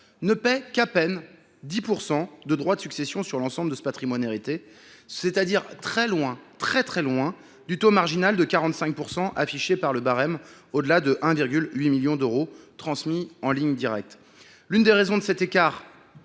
ne paie qu’à peine 10 % de droits de succession sur l’ensemble de ce patrimoine hérité. C’est très loin du taux marginal de 45 % affiché par le barème au delà de 1,8 million d’euros transmis en ligne directe ! L’une des raisons de cet écart